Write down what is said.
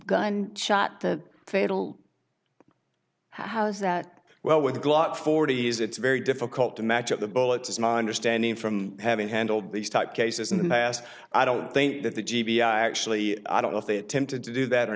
gun shot the fatal house that well with a glock forty is it's very difficult to match up the bullets as my understanding from having handled these type cases in the past i don't think that the g b i actually i don't know if they attempted to do that or